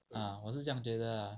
ah 我是这样觉得 ah